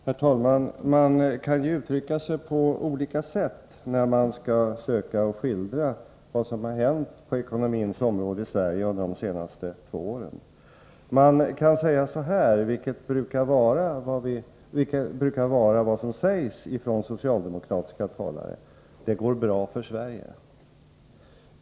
Herr talman! Man kan uttrycka sig på olika sätt när man skall söka skildra vad som hänt på ekonomins område i Sverige under de senaste två åren. Man kan säga, som socialdemokratiska talare brukar göra: Det går bra för Sverige.